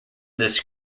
this